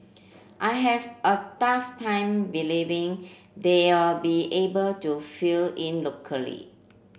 I have a tough time believing they'll be able to fill in locally